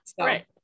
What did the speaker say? Right